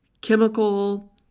Chemical